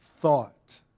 thought